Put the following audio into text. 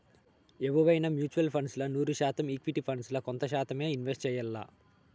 ఎవువైనా mutual funds ల నూరు శాతం ఈక్విటీ ఫండ్స్ ల కొంత శాతమ్మే ఇన్వెస్ట్ చెయ్యాల్ల